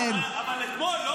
עליהם, לא, עליהם, לא.